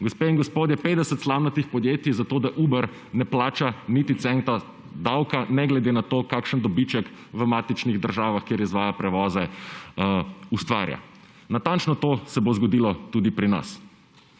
Gospe in gospodje, 50 slamnatih podjetij, zato da Uber ne plača niti centa davka, ne glede na to, kakšen dobiček v matičnih državah, kjer izvaja prevoze, ustvarja. Natančno to se bo zgodilo tudi pri nas.